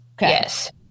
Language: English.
Yes